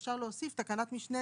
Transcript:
אפשר להוסיף תקנת משנה